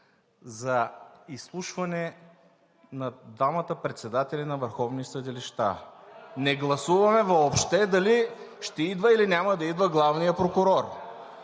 за изслушване на двамата председатели на върховни съдилища. Не гласуваме въобще дали ще идва, или няма да идва главният прокурор.